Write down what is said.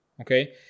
okay